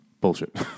Bullshit